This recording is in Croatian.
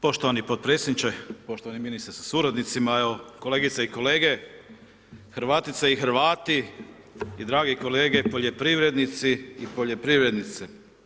Poštovani potpredsjedniče, poštovani ministre sa suradnicima, kolegice i kolege, Hrvatice i Hrvati i dragi kolege poljoprivrednici i poljoprivrednice.